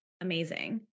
amazing